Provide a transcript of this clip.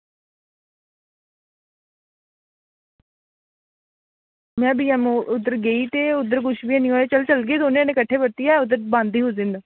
में बी ऐम्म ओ उद्धर आई ते उद्धर कुछ बी निं हा ते कल चलगे दौनें जनें कट्ठे परतियै उद्धर बंद ही उस दिन